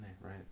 right